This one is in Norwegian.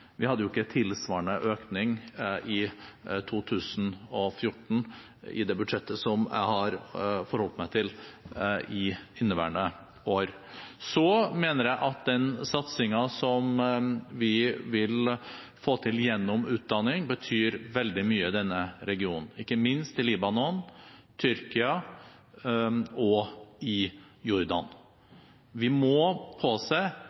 Vi hadde jo ikke tilsvarende økning i 2014, i det budsjettet jeg har forholdt meg til, i inneværende år. Så mener jeg at den satsingen vi vil få til gjennom utdanning, betyr veldig mye i denne regionen, ikke minst i Libanon, Tyrkia og Jordan. Vi må påse